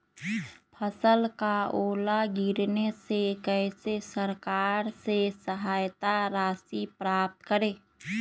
फसल का ओला गिरने से कैसे सरकार से सहायता राशि प्राप्त करें?